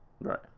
Right